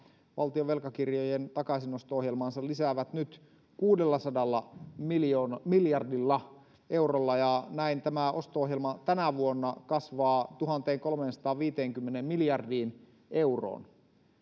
valtion velkakirjojen takaisinosto ohjelmaansa nyt kuudellasadalla miljardilla eurolla ja näin tämä osto ohjelma kasvaa tänä vuonna tuhanteenkolmeensataanviiteenkymmeneen miljardiin euroon